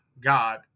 God